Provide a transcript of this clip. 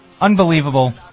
Unbelievable